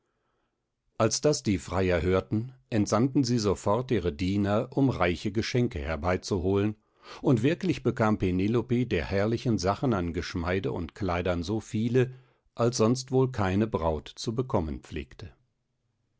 als das die freier hörten entsandten sie sofort ihre diener um reiche geschenke herbeizuholen und wirklich bekam penelope der herrlichen sachen an geschmeide und kleidern so viele als sonst wohl keine braut zu bekommen pflegte